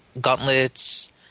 gauntlets